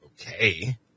okay